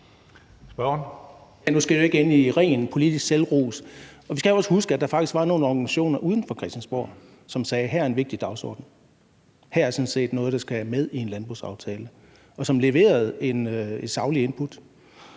vi skal også huske, at der faktisk var nogle organisationer uden for Christiansborg, som sagde, at her er en vigtig dagsorden, her er sådan set noget, der skal med i en landbrugsaftale, som leverede et sagligt input,